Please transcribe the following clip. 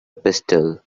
pistol